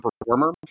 performer